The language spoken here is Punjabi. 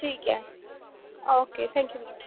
ਠੀਕ ਹੈ ਓਕੇ ਥੈਂਕ ਯੂ ਮੈਮ